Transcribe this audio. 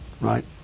right